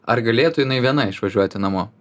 ar galėtų jinai viena išvažiuoti namo